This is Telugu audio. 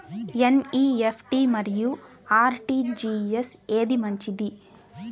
ఎన్.ఈ.ఎఫ్.టీ మరియు అర్.టీ.జీ.ఎస్ ఏది మంచిది?